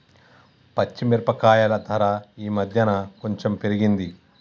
పచ్చి మిరపకాయల ధర ఈ మధ్యన కొంచెం పెరిగింది